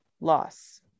loss